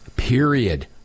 Period